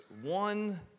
one